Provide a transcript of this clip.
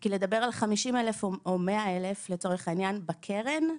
כי לדבר על 50,000 או 100,000 לצורך העניין, בקרן,